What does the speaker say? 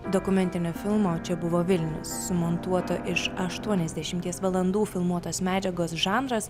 dokumentinio filmo čia buvo vilnius sumontuoto iš aštuoniadešimties valandų filmuotos medžiagos žanras